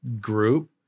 group